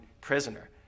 prisoner